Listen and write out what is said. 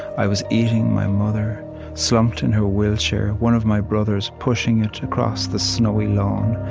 i was eating my mother slumped in her wheelchair, one of my brothers pushing it across the snowy lawn,